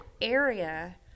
area